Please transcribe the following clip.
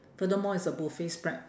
furthermore it's a buffet spread